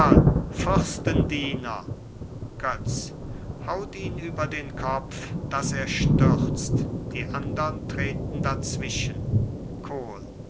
fürstendiener götz haut ihn über den kopf daß er stürzt die andern treten dazwischen kohl